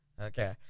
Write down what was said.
Okay